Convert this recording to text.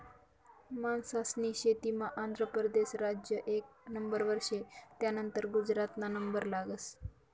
मासास्नी शेतीमा आंध्र परदेस राज्य एक नंबरवर शे, त्यानंतर गुजरातना नंबर लागस